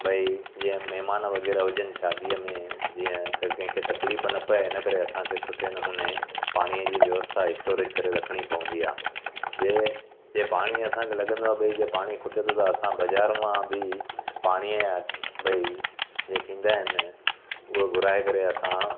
भई जीअं महिमान वग़ैरह हुजनि शादीअ में जीअं त कंहिंखे तकलीफ़ न पए हिन करे असांखे सुठे नमूने पाणीअ जी व्यवस्था स्टोरेज करे रखणी पवंदी आहे जे जे पाणी असांखे लॻंदो आहे भई जे पाणी खुटे थो त असां बाज़ार मां बि पाणीअ भई जे थींदा आहिनि उहो घुराए करे असां